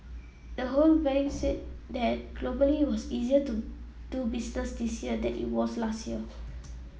the whole Bank said that globally it was easier to do business this year than it was last year